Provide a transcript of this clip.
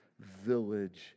village